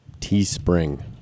teespring